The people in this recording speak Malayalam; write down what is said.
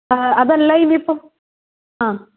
അതല്ല ഇപ്പോൾ